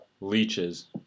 Leeches